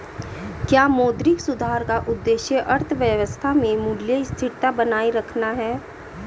क्या मौद्रिक सुधार का उद्देश्य अर्थव्यवस्था में मूल्य स्थिरता बनाए रखना है?